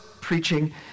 preaching